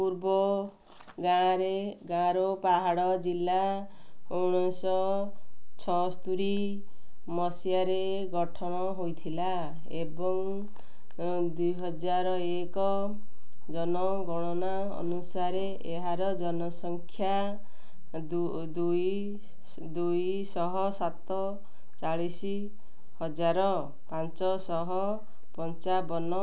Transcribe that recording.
ପୂର୍ବ ଗାଁରେ ଗାରୋ ପାହାଡ଼ ଜିଲ୍ଲା ଉଣେଇଶ ଛଅସ୍ତୋରି ମସିହାରେ ଗଠନ ହୋଇଥିଲା ଏବଂ ଦୁଇ ହଜାର ଏକ ଜନଗଣନା ଅନୁସାରେ ଏହାର ଜନସଂଖ୍ୟା ଦୁଇ ଶହ ସତଚାଳିଶ ହଜାର ପାଞ୍ଚ ଶହ ପଞ୍ଚାବନ